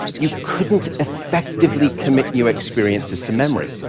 you couldn't effectively commit new experiences to memory.